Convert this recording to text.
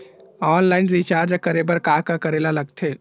Online recharge करे बर का का करे ल लगथे?